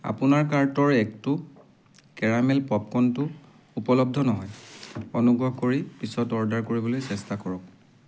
আপোনাৰ কাৰ্টৰ একটো কেৰামেল পপকৰ্নটো উপলব্ধ নহয় অনুগ্ৰহ কৰি পিছত অৰ্ডাৰ কৰিবলৈ চেষ্টা কৰক